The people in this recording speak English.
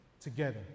together